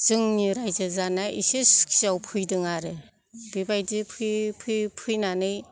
जोंनि रायजो जानाया एसे सुखिआव फैदों आरो बेबायदि फैयै फैयै फैनानै